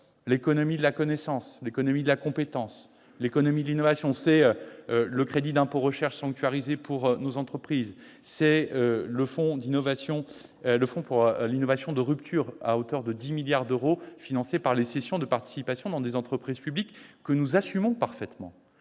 l'économie de la connaissance, de la compétence et de l'innovation. C'est le crédit d'impôt recherche sanctuarisé pour nos entreprises, c'est la création du fonds pour l'innovation de rupture, financé à hauteur de 10 milliards d'euros par les cessions de participations dans des entreprises publiques, que nous assumons parfaitement.